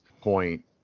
point